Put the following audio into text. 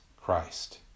Christ